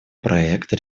проекта